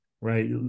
right